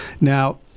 Now